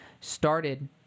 started